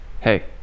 Hey